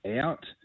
out